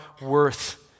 worth